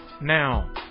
now